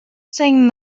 saying